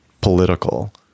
political